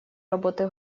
работы